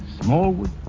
Smallwood